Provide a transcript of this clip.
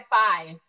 five